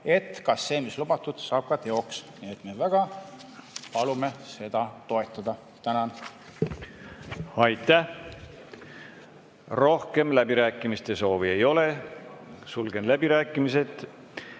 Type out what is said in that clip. et see, mida on lubatud, saab ka teoks. Nii et me väga palume seda toetada. Tänan! Aitäh! Rohkem läbirääkimiste soove ei ole. Sulgen läbirääkimised.